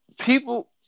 people